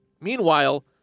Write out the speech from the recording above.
Meanwhile